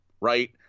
Right